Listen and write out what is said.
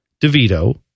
DeVito